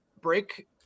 break